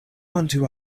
unto